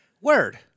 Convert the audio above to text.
Word